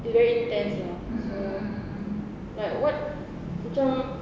it's very intense lah so like what macam